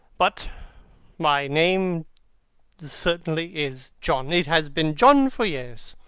but my name certainly is john. it has been john for years.